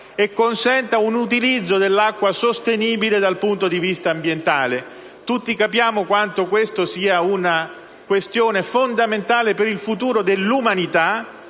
e consente un utilizzo dell'acqua sostenibile dal punto di vista ambientale. Tutti comprendiamo quanto tale questione sia fondamentale per il futuro dell'umanità